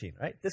right